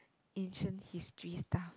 ancient history stuff